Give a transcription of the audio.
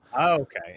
okay